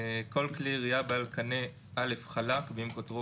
כל כלי ירייה בעל קנה (א) חלק ואם קוטרו